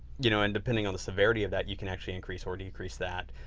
you know and depending on the severity of that, you can actually increase or decrease that.